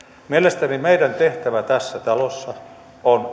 mielestäni meidän tehtävämme tässä talossa on